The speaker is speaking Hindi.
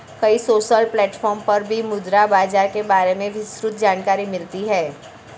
कई सोशल प्लेटफ़ॉर्म पर भी मुद्रा बाजार के बारे में विस्तृत जानकरी मिलती है